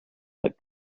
but